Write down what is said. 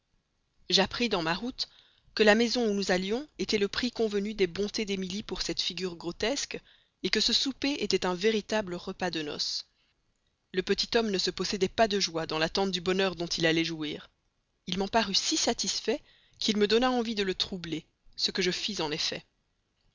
j'appris dans ma route que la maison où nous allions était le prix convenu des bontés d'émilie pour cette figure grotesque que ce souper était un véritable repas de noce le petit homme ne se possédait pas de joie dans l'attente du bonheur dont il allait jouir il m'en parut si satisfait qu'il me donna envie de le troubler ce que je fis en effet